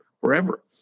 forever